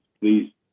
please